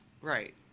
Right